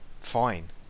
fine